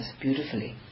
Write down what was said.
beautifully